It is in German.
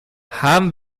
haben